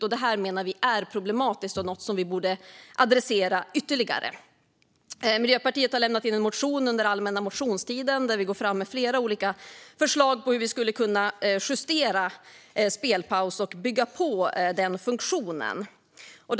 Vi menar att detta är problematiskt och något som vi borde adressera ytterligare. Miljöpartiet har lämnat in en motion under allmänna motionstiden där vi går fram med flera olika förslag på hur vi skulle kunna justera och bygga på funktionen på spelpaus.se.